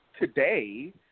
today